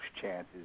chances